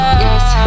yes